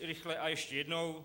Rychle a ještě jednou.